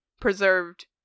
preserved